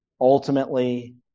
ultimately